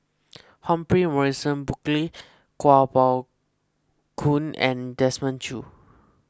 Humphrey Morrison Burkill Kuo Pao Kun and Desmond Choo